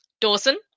Dawson